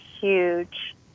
huge